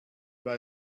buy